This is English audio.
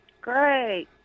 Great